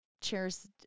cheers